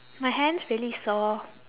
my hand's really sore